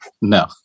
No